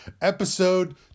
episode